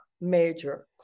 major